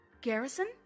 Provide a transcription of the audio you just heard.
Garrison